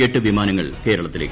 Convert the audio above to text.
എട്ട് വിമാനങ്ങൾ കേരളത്തിലേക്ക്